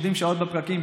עומדים שעות בפקקים,